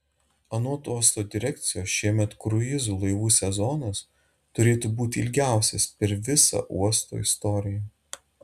anot uosto direkcijos šiemet kruizų laivų sezonas turėtų būti ilgiausias per visą uosto istoriją